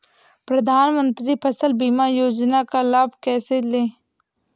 प्रधानमंत्री फसल बीमा योजना का लाभ कैसे लें?